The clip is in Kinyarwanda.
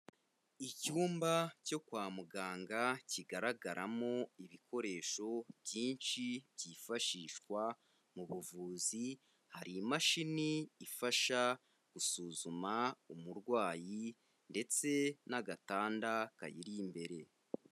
Icyumba cyo kwa muganga kigaragaramo ibikoresho byinshi byifashishwa mu buvuzi hari imashini ifasha gusuzuma umurwayi ndetse n'agatanda kayiri imbere.